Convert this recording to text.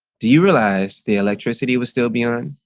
do you realize the electricity will still be on?